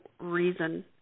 reason